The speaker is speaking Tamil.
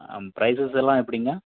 பிரைஸஸ் எல்லாம் எப்படிங்க